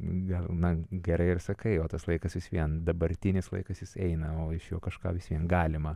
gana gerai ir sakai o tas laikas vis vien dabartinis laikas jis eina o iš jo kažką vis vien galima